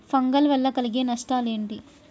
Fungal వల్ల కలిగే నష్టలేంటి?